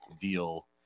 deal